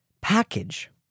package